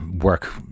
work